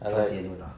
I like